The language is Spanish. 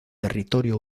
territorio